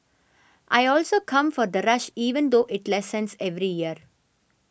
I also come for the rush even though it lessens every year